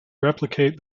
replicate